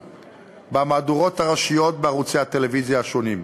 במהדורות הראשיות בערוצי הטלוויזיה השונים.